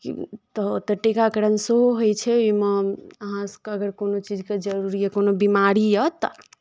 तऽ ओतय टीकाकरण सेहो होइ छै ओहिमे अहाँसभकेँ अगर कोनो चीजके जरूरी यए कोनो बिमारी यए तऽ